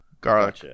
Garlic